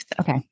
Okay